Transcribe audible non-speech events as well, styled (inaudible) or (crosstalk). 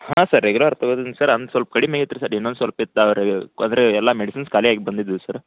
ಹಾಂ ಸರ್ ರೆಗ್ಯುಲರಾಗಿ ತೊಗೋತಿದ್ದೀನಿ ಸರ್ ಆಮೇಲೆ ಸ್ವಲ್ಪ ಕಡಿಮೆ ಐತ್ರಿ ಸರ್ ಇನ್ನೊಂದು ಸ್ವಲ್ಪ ಇತ್ತು (unintelligible) ಅಂದರೆ ಎಲ್ಲ ಮೆಡಿಸಿನ್ಸ್ ಖಾಲಿಯಾದ್ಕೆ ಬಂದಿದ್ವಿ ಸರ್ರ